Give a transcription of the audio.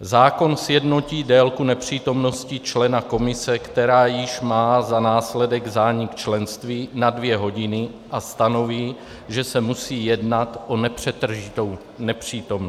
Zákon sjednotí délku nepřítomnosti člena komise, která již má za následek zánik členství, na dvě hodiny, a stanoví, že se musí jednat o nepřetržitou nepřítomnost.